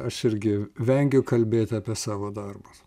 aš irgi vengiu kalbėt apie savo darbus